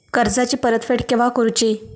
कर्जाची परत फेड केव्हा करुची?